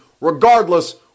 Regardless